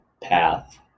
path